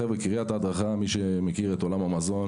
חבר'ה, קריית ההדרכה, מי שמכיר את עולם המזון,